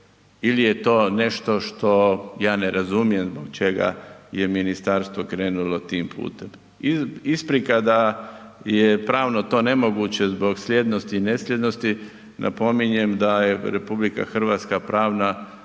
il je to nešto što ja ne razumijem zbog čega je ministarstvo krenulo tim putem. Isprika da je pravno to nemoguće zbog slijednosti i ne slijednosti napominjem da je RH pravna, dakle pravna